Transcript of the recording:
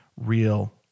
real